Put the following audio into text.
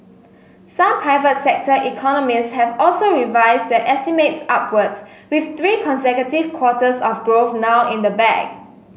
some private sector economists have also revised their estimates upwards with three consecutive quarters of growth now in the bag